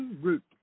root